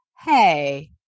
hey